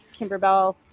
Kimberbell